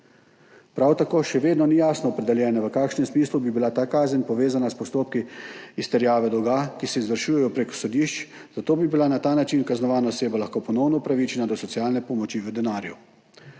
Prav tako še vedno ni jasno opredeljeno, v kakšnem smislu bi bila ta kazen povezana s postopki izterjave dolga, ki se izvršujejo prek sodišč, zato bi bila na ta način kaznovana oseba lahko ponovno upravičena do socialne pomoči v denarju.